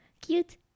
cute